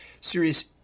serious